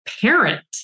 parent